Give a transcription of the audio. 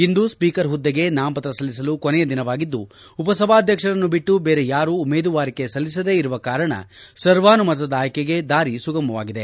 ಇಂದು speaker ಹುದ್ದೆಗೆ ನಾಮಪತ್ರ ಸಲ್ಲಿಸಲು ಕೊನೆ ದಿನವಾಗಿದ್ದು ಉಪಸಭಾಧ್ವಕ್ಷರನ್ನು ಬಿಟ್ಟು ಬೇರೆ ಯಾರೂ ಉಮೇದುವಾರಿಕೆ ಸಲ್ಲಿಸದೇ ಇರುವ ಕಾರಣ ಸರ್ವಾನುಮತದ ಆಯ್ಕೆಗೆ ದಾರಿ ಸುಗಮವಾಗಿದೆ